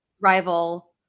rival